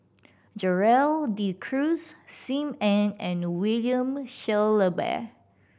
Gerald De Cruz Sim Ann and William Shellabear